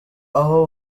aho